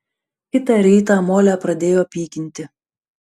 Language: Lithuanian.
kitą rytą molę pradėjo pykinti